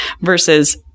versus